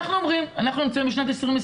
אנחנו נמצאים בשנת 2020,